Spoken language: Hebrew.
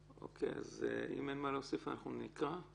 אז אם אין מה להוסיף אנחנו נקרא את